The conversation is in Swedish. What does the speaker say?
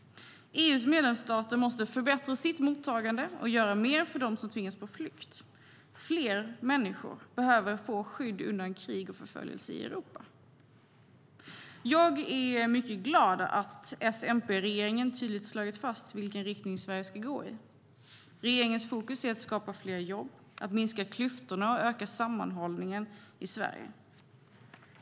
EU:s medlemsstater måste förbättra sitt mottagande och göra mer för dem som tvingats på flykt. Fler människor behöver få skydd undan krig och förföljelse i Europa. Jag är mycket glad över att S-MP-regeringen tydligt har slagit fast vilken riktning som Sverige ska gå i. Regeringens fokus är att skapa fler jobb, minska klyftorna och öka sammanhållningen i Sverige.